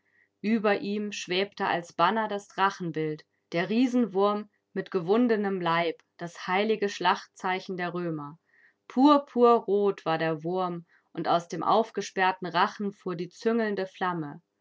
über ihm schwebte als banner das drachenbild der riesenwurm mit gewundenem leib das heilige schlachtzeichen der römer purpurrot war der wurm und aus dem aufgesperrten rachen fuhr die züngelnde flamme